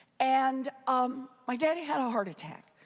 and um my daddy had a heart attack.